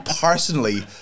personally